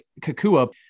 Kakua